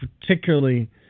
particularly